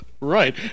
Right